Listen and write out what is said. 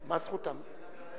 מה "זכותם"?